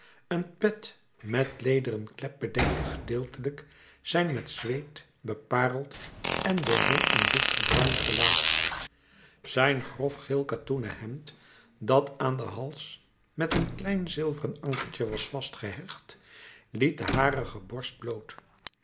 een pet met lederen klep bedekte gedeeltelijk zijn met zweet bepareld en door zon en lucht gebruind gelaat zijn grof geelkatoenen hemd dat aan den hals met een klein zilveren ankertje was vastgehecht liet de harige borst bloot